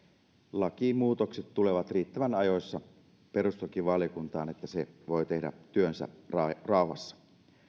lakimuutokset tulevat riittävän ajoissa perustuslakivaliokuntaan niin että se voi tehdä työnsä rauhassa